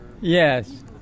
Yes